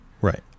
Right